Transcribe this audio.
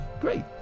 great